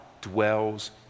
dwells